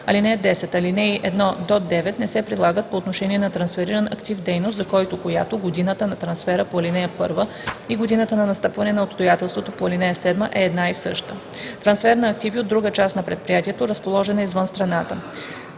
(10) Алинеи 1 – 9 не се прилагат по отношение на трансфериран актив/дейност, за който/която годината на трансфера по ал. 1 и годината на настъпване на обстоятелство по ал. 7 е една и съща. Трансфер на активи от друга част на предприятието, разположена извън страната